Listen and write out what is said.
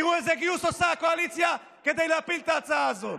תראו איזה גיוס עושה הקואליציה כדי להפיל את ההצעה הזאת.